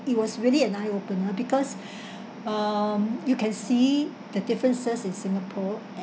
it was really an eye opener because um you can see the differences in singapore